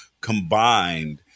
combined